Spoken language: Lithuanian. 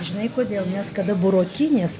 žinai kodėl nes kada burokinės